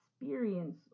experience